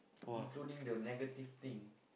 including the negative thing